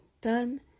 done